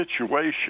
situation